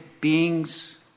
beings